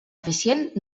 eficient